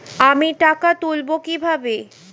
আমি টাকা তুলবো কি ভাবে?